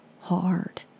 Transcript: hard